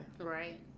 Right